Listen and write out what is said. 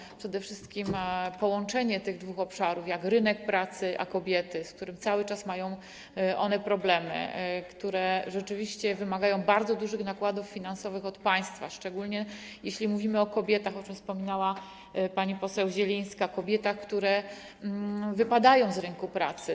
Chodzi przede wszystkim o połączenie tych dwóch obszarów, jak rynek pracy a kobiety, z którym cały czas mają one problemy, które rzeczywiście wymagają bardzo dużych nakładów finansowych od państwa, szczególnie jeśli mówimy o kobietach, o czym wspomniała pani poseł Zielińska, które wypadają z rynku pracy.